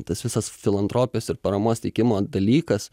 tas visas filantropijos ir paramos teikimo dalykas